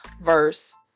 verse